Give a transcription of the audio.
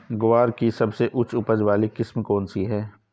ग्वार की सबसे उच्च उपज वाली किस्म कौनसी है?